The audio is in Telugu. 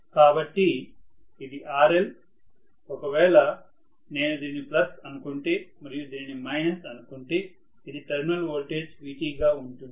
కాబట్టి ఇది RL ఒకవేళ నేను దీనిని ప్లస్ అనుకుంటే మరియు దీనిని మైనస్ అనుకుంటే ఇది టెర్మినల్ వోల్టేజ్ Vt గా ఉంటుంది